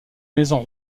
maisons